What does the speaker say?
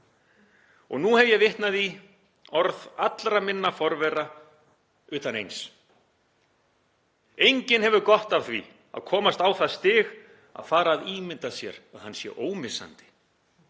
Og nú hef ég vitnað í orð allra minna forvera utan eins. „Enginn hefur gott af því að komast á það stig að fara að ímynda sér að hann sé ómissandi.“